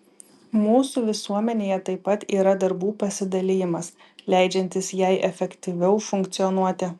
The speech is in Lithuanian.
mūsų visuomenėje taip pat yra darbų pasidalijimas leidžiantis jai efektyviau funkcionuoti